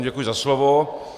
Děkuji za slovo.